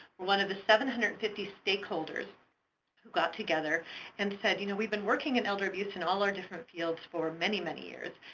one of the seven hundred and fifty stakeholders got together and said, you know we've been working in elder abuse in all our different fields for many, many years.